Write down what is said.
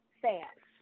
fans